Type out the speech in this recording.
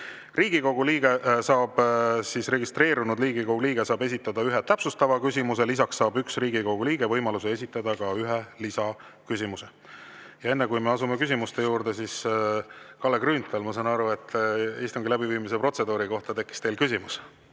aega kolm minutit. Registreerunud Riigikogu liige saab esitada ühe täpsustava küsimuse, lisaks saab üks Riigikogu liige võimaluse esitada ühe lisaküsimuse. Enne, kui me asume küsimuste juurde, Kalle Grünthal, ma saan aru, et istungi läbiviimise protseduuri kohta tekkis teil küsimus.